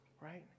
Right